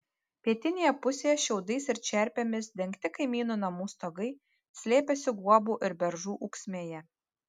pietinėje pusėje šiaudais ir čerpėmis dengti kaimynų namų stogai slėpėsi guobų ir beržų ūksmėje